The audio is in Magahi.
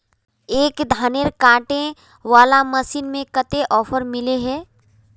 एक धानेर कांटे वाला मशीन में कते ऑफर मिले है?